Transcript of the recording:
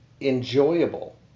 enjoyable